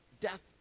death